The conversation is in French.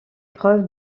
preuve